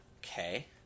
Okay